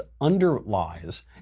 underlies